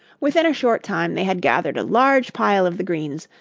within a short time they had gathered a large pile of the greens,